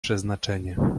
przeznaczenie